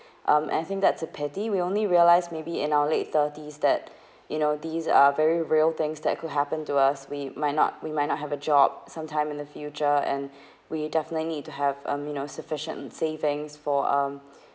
as in that's a pity we only realized maybe in our late thirties that you know these are very real things that could happen to us we might not we might not have a job sometime in the future and we definitely need to have uh you know sufficient savings for um